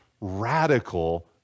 radical